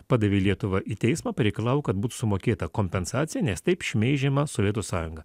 padavė lietuvą į teismą pareikalavo kad būt sumokėta kompensacija nes taip šmeižiama sovietų sąjunga